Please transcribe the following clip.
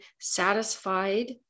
satisfied